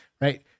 right